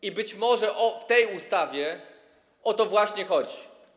I być może w tej ustawie o to właśnie chodzi.